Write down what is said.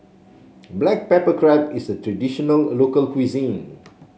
Black Pepper Crab is a traditional local cuisine